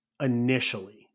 initially